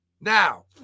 Now